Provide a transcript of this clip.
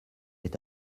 est